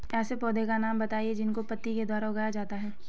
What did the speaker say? ऐसे पौधे का नाम बताइए जिसको पत्ती के द्वारा उगाया जाता है